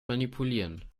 manipulieren